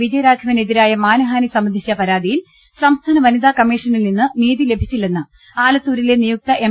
വിജയരാഘവനെതി രായ മാനഹാനി സംബന്ധിച്ച പരാതിയിൽ സംസ്ഥാന വനി താകമ്മീഷനിൽ നിന്ന് നീതി ലഭിച്ചില്ലെന്ന് ആലത്തൂരിലെ നിയുക്ത എം